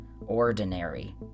ordinary